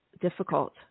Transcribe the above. difficult